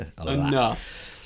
enough